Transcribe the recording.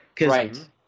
right